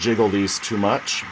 jiggle these too much